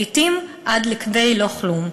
לעתים עד כדי לא כלום".